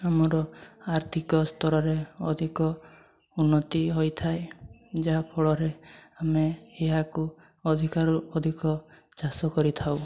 ଆମର ଆର୍ଥିକ ସ୍ତରରେ ଅଧିକ ଉନ୍ନତି ହୋଇଥାଏ ଯାହାଫଳରେ ଆମେ ଏହାକୁ ଅଧିକରୁ ଅଧିକ ଚାଷ କରିଥାଉ